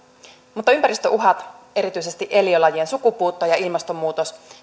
mutta ympäristöuhat erityisesti eliölajien sukupuutto ja ilmastonmuutos